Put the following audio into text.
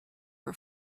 her